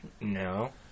No